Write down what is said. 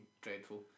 dreadful